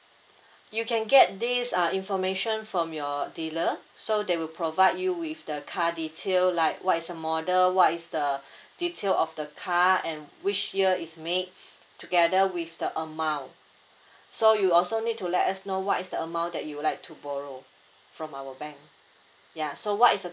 you can get this uh information from your dealer so they will provide you with the car detail like what is the model what is the detail of the car and which year is made together with the amount so you also need to let us know what is the amount that you would like to borrow from our bank ya so what is the